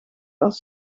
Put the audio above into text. als